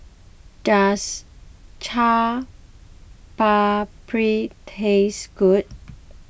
does Chaat Papri taste good